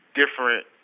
different